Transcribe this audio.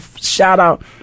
shout-out